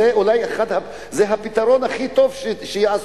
זה הפתרון הכי טוב שיעשו,